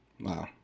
Wow